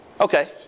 Okay